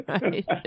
right